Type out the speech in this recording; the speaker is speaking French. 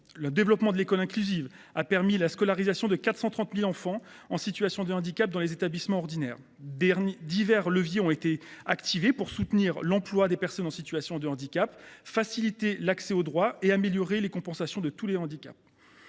Le développement de l’école inclusive a permis la scolarisation de 430 000 enfants en situation de handicap dans des établissements ordinaires. Divers leviers ont été activés pour soutenir l’emploi des personnes en situation de handicap, faciliter l’accès aux droits et améliorer la compensation de tous les handicaps.